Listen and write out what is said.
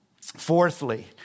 Fourthly